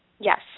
Yes